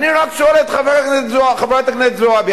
אני רק שואל את חברת הכנסת זועבי,